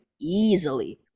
easily